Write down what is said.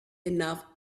enough